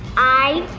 i